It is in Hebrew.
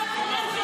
כל הכבוד, טלי.